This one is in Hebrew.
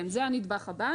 כן, זה הנדבך הבא.